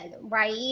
right